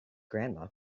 grandma